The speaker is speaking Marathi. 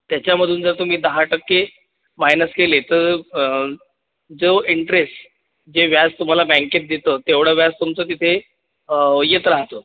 त्याच्यामधून जर तुम्ही दहा टक्के मायनस केले तर जो इंटरेस जे व्याज तुम्हाला बँकेत देतं तेवढं व्याज तुमचं तिथे येत राहातं